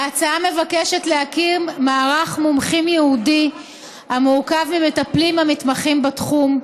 ההצעה מבקשת להקים מערך מומחים ייעודי המורכב ממטפלים המתמחים בתחום.